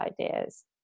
ideas